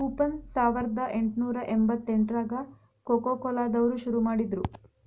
coupon ಸಾವರ್ದಾ ಎಂಟ್ನೂರಾ ಎಂಬತ್ತೆಂಟ್ರಾಗ ಕೊಕೊಕೊಲಾ ದವ್ರು ಶುರು ಮಾಡಿದ್ರು